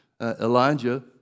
Elijah